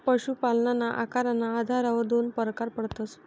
पशुपालनना आकारना आधारवर दोन परकार पडतस